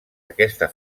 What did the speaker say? aquesta